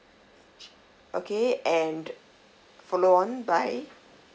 okay and follow on by